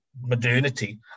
modernity